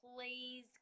please